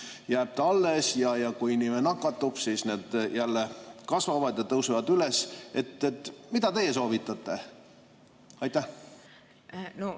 antikehad alles ja kui inimene nakatub, siis nad jälle kasvavad ja tase tõuseb üles. Mida teie soovitate? Aitäh!